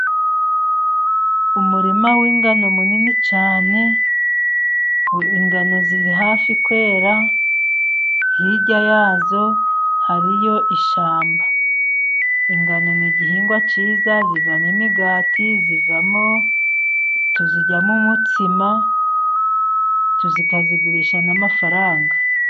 Umurima w'ingano munini cyane, ingano ziri hafi kwera, hirya yazo hariyo ishyamba. Ingano ni igihingwa cyiza zivamo imigati, tuziryamo umutsima, tukazigurisha n'amafaranga.